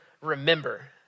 remember